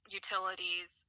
utilities